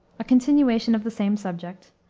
a continuation of the same subject,